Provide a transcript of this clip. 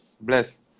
bless